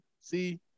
See